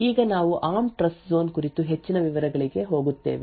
ಈಗ ನಾವು ARM trust zone ಕುರಿತು ಹೆಚ್ಚಿನ ವಿವರಗಳಿಗೆ ಹೋಗುತ್ತೇವೆ